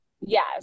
yes